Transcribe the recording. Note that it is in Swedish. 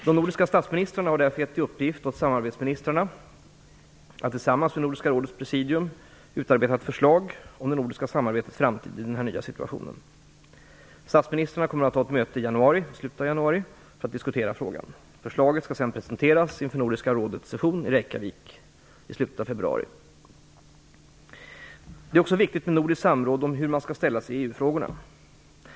De nordiska statsministrarna har därför gett i uppgift åt samarbetsministrarna att tillsammans med Nordiska rådets presidium utarbeta ett förslag om det nordiska samarbetets framtid i den nya situationen. Statsministrarna kommer att ha ett möte i slutet av januari för att diskutera frågan. Förslaget skall sedan presenteras inför Nordiska rådets session i Reykjavik i slutet av februari. Det är också viktigt med nordiskt samråd om hur man skall ställa sig i EU-frågorna.